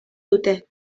dute